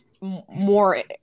more